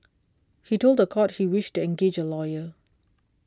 he told the court he wished to engage a lawyer